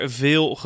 veel